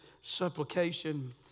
supplication